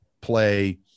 play